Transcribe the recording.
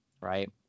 right